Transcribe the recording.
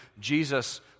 Jesus